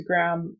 instagram